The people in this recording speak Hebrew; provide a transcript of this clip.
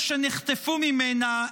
רבים מאילו שנחטפו ממנה,